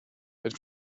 wenn